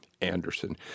Anderson